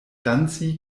danci